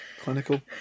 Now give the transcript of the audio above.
clinical